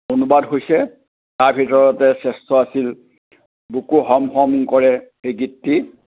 অনুবাদ হৈছে তাৰ ভিতৰতে শ্ৰেষ্ঠ আছিল বুকু ম হম কৰে সেই গীতটি